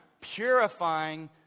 purifying